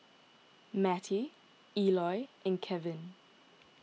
Mattie Eloy and Kelvin